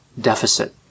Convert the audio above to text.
deficit